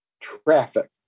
traffic